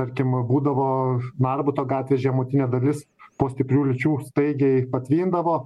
tarkim būdavo narbuto gatvės žemutinė dalis po stiprių liūčių staigiai patvindavo